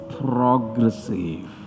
progressive